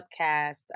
podcast